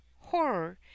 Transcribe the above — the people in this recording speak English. horror